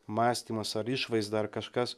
mąstymas ar išvaizda ar kažkas